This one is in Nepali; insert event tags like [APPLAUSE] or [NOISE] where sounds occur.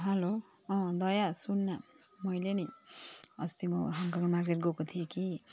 हलो अँ दया सुन न मैले नि अस्ति म [UNINTELLIGIBLE] मार्केट गएको थिएँ कि